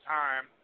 time